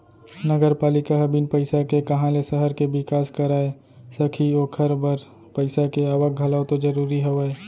नगरपालिका ह बिन पइसा के काँहा ले सहर के बिकास कराय सकही ओखर बर पइसा के आवक घलौ तो जरूरी हवय